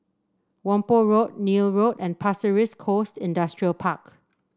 Whampoa Road Neil Road and Pasir Ris Coast Industrial Park